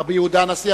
רבי יהודה הנשיא,